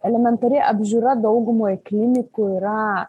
elementari apžiūra daugumoj klinikų yra